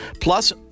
Plus